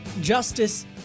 Justice